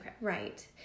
Right